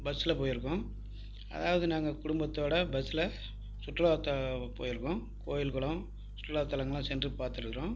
பஸ்ஸில் போயிருக்கோம் அதாவது நாங்க குடும்பத்தோட பஸ்ஸில் சுற்றுலா த போயிருக்கோம் கோயில் குளம் சுற்றுலாத்தலங்கள்லாம் சென்று பார்த்துருக்குறோம்